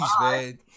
man